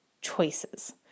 choices